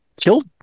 killed